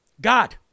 God